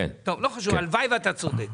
הלוואי שאתה צודק.